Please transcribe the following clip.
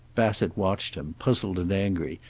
bassett watched him, puzzled and angry,